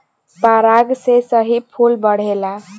पराग से ही फूल बढ़ेला